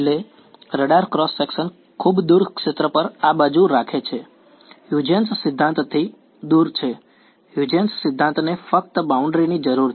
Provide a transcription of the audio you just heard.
છેલ્લે radar cross section ખૂબ દૂર ક્ષેત્ર પર આબાજુ રાખે છે હ્યુજેન્સ સિદ્ધાંતથી દૂર છે હ્યુજેન્સ સિદ્ધાંતને ફક્ત બાઉન્ડ્રીની જરૂર છે